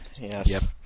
Yes